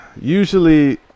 usually